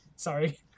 Sorry